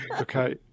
Okay